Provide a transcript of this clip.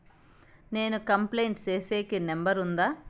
నేను కంప్లైంట్ సేసేకి నెంబర్ ఉందా?